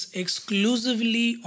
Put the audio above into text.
exclusively